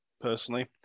personally